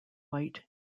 white